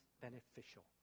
beneficial